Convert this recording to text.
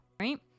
right